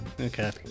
Okay